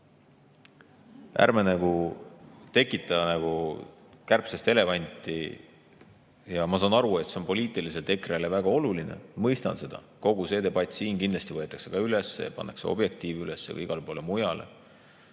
Ärme teeme kärbsest elevanti! Ma saan aru, et see on poliitiliselt EKRE-le väga oluline. Ma mõistan seda. Kogu see debatt siin kindlasti võetakse üles, pannakse Objektiivi üles ja igale poole mujale